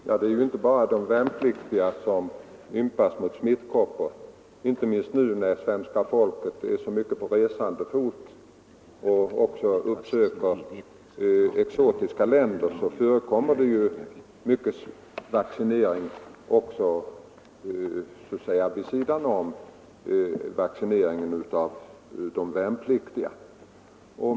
Herr talman! Det är inte bara de värnpliktiga som ympas mot smittkoppor. Inte minst nu, när svenska folket är mycket på resande fot och ofta uppsöker exotiska länder, förekommer mycket vaccinering vid sidan om vaccineringen av de värnpliktiga.